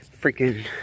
freaking